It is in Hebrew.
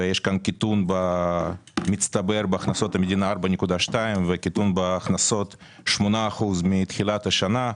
ויש קיטון מצטבר בהכנסות המדינה 4.2 וקיטון בהכנסות 8% מתחילת השנה.